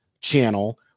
channel